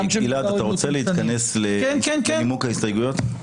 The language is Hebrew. גלעד, אתה רוצה להתכנס לנימוק ההסתייגויות?